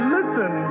Listen